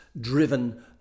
driven